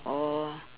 oh